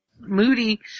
Moody